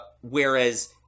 Whereas